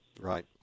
Right